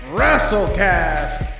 WrestleCast